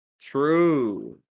true